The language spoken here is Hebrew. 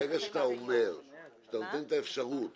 ברגע שאתה נותן את האפשרות